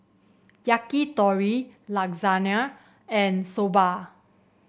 Yakitori Lasagne and Soba